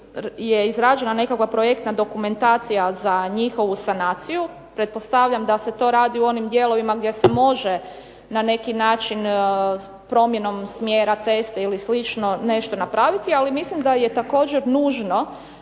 je izrađena nekakva projektna dokumentacija za njihovu sanaciju. Pretpostavljam da se to radi u onim dijelovima gdje se može na neki način promjenom smjera ceste ili slično nešto napraviti. Ali mislim da je također nužno